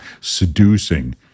seducing